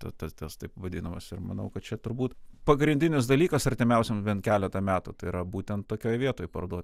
ta ta tas taip vadinamas ir manau kad čia turbūt pagrindinis dalykas artimiausiem bent keletą metų tai yra būtent tokioj vietoj parduot